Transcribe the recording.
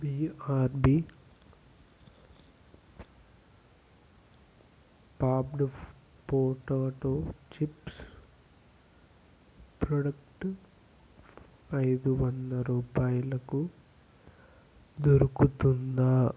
BRB popped potato chips product ఐదు వంద రూపాయలకు దొరుకుతుందా